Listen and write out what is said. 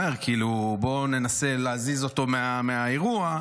אומר, כאילו, בוא ננסה להזיז אותו מהאירוע.